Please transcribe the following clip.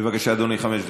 בבקשה, אדוני, חמש דקות.